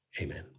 Amen